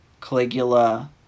Caligula